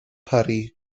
parry